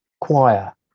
choir